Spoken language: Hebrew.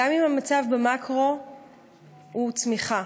גם אם המצב במקרו הוא צמיחה,